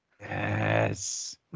Yes